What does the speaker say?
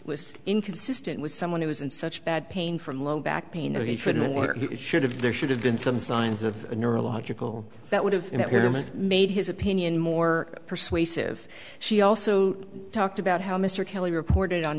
was inconsistent with someone who was in such bad pain from low back pain relief in what should have been there should have been some signs of a neurological that would have made his opinion more persuasive she also talked about how mr kelly reported on